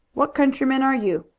what countryman are you?